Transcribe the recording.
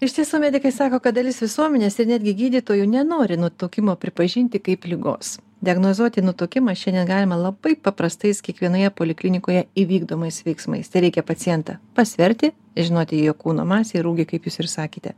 iš tiesų medikai sako kad dalis visuomenės ir netgi gydytojų nenori nutukimo pripažinti kaip ligos diagnozuoti nutukimą šiandien galima labai paprastais kiekvienoje poliklinikoje įvykdomais veiksmais tereikia pacientą pasverti ir žinoti jo kūno masę ir ūgį kaip jūs ir sakėte